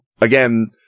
again